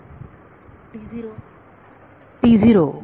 विद्यार्थी T 0